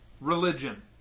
Religion